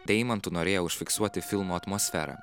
deimantu norėjo užfiksuoti filmo atmosferą